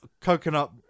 Coconut